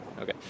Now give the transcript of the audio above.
Okay